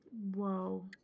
Whoa